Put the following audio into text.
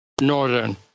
northern